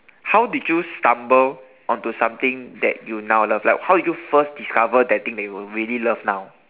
how did you stumble onto something that you now love like how did you first discover that thing that you really love now